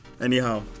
Anyhow